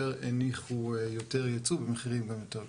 הניחו יותר יצוא במחירים גם יותר גבוהים.